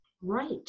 Right